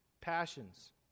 passions